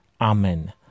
Amen